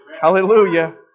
Hallelujah